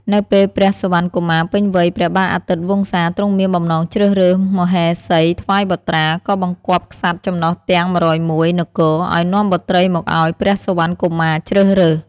នៅពេលព្រះសុវណ្ណកុមារពេញវ័យព្រះបាទអាទិត្យវង្សាទ្រង់មានបំណងជ្រើសរើសមហេសីថ្វាយបុត្រា ក៏បង្គាប់ក្សត្រចំណុះទាំង ១០១ នគរ ឱ្យនាំបុត្រីមកឱ្យព្រះសុវណ្ណកុមារជ្រើសរើស។